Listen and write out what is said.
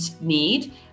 need